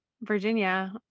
Virginia